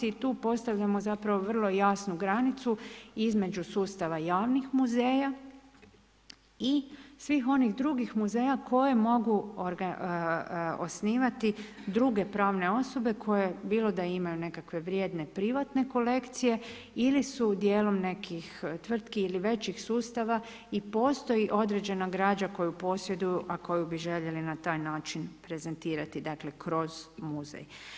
I tu postavljamo vrlo jasnu granicu između sustava javnih muzeja i svih onih drugih muzeja koje mogu osnivati druge pravne osobe koje bi da imaju nekakve vrijedne privatne kolekcije ili su dijelom nekih tvrtki ili većih sustava i postoji određena građa koju posjeduju, a koju bi željeli na taj način prezentirati kroz muzej.